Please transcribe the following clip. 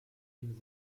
ihm